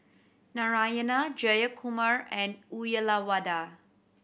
Narayana Jayakumar and Uyyalawada